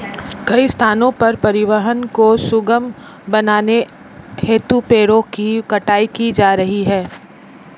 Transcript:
कई स्थानों पर परिवहन को सुगम बनाने हेतु पेड़ों की कटाई की जा रही है